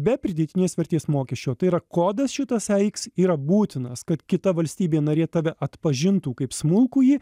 be pridėtinės vertės mokesčio tai yra kodas šitas e iks yra būtinas kad kita valstybė narė tave atpažintų kaip smulkųjį